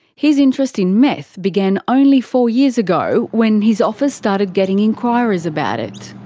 his interest in meth began only four years ago when his office started getting enquiries about it.